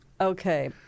okay